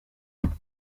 films